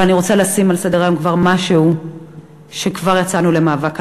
אני רוצה לשים על סדר-היום משהו שכבר יצאנו למאבק עליו,